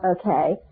Okay